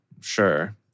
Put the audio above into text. Sure